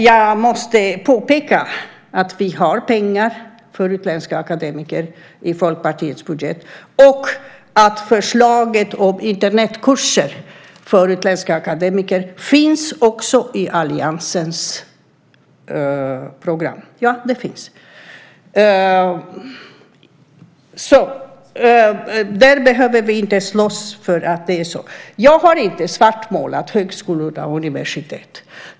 Jag måste dock påpeka att vi har pengar för utländska akademiker i Folkpartiets budget och att förslaget om Internetkurser för utländska akademiker finns också i alliansens program. Där behöver vi inte slåss, för så är det. Jag har inte svartmålat högskolor och universitet.